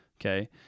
okay